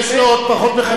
יש לו עוד פחות מחצי דקה.